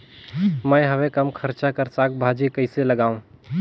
मैं हवे कम खर्च कर साग भाजी कइसे लगाव?